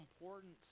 important